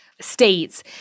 states